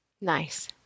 Nice